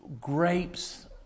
grapes